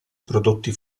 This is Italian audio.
prodotti